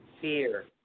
fear